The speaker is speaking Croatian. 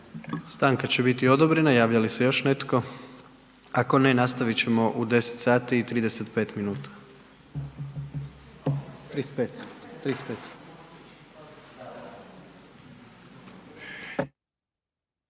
Stanka će biti odobrena. Javlja li se još netko? Ako ne nastavit ćemo u 10 sati i 35 minuta.